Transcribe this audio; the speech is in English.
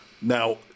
Now